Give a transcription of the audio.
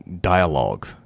dialogue